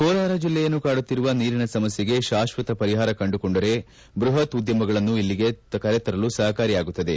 ಕೋಲಾರ ಜಿಲ್ಲೆಯನ್ನು ಕಾಡುತ್ತಿರುವ ನೀರಿನ ಸಮಸ್ಕೆಗೆ ಶಾಶ್ವತ ಪರಿಹಾರ ಕಂಡುಕೊಂಡರೆ ಬೃಹತ್ ಉದ್ಯಮಗಳನ್ನು ಇಲ್ಲಿಗೆ ಕರೆತರಲು ಸಹಕಾರಿಯಾಗುತ್ತದೆ